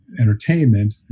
entertainment